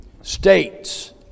states